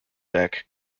deck